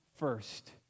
first